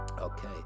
Okay